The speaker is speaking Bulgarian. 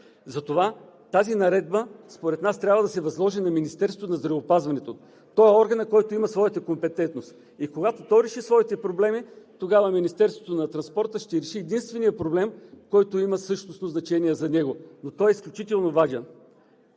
Затова тази наредба според нас трябва да се възложи на Министерството на здравеопазването. То е органът, който има своята компетентност. И когато то реши своите проблеми, тогава Министерството на транспорта ще реши единственият проблем, който има същностно значение за него, но той е изключително важен.